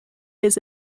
his